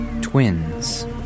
Twins